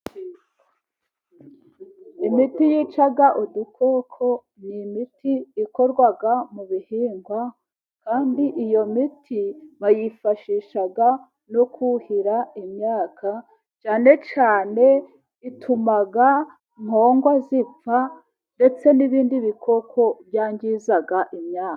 Imiti yica udukoko ni imiti ikorwa mu bihingwa kandi iyo miti bayifashishaga no kuhira imyaka, cyane cyane ituma nkongwa zipfa ndetse n'ibindi bikoko byangiza imyaka.